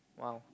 !wow!